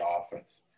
offense